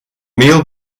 meal